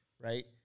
right